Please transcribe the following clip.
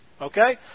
Okay